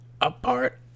apart